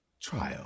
trial